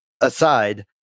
aside